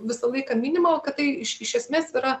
visą laiką minima kad tai iš iš esmės yra